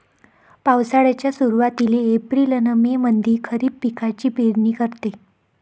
पावसाळ्याच्या सुरुवातीले एप्रिल अन मे मंधी खरीप पिकाची पेरनी करते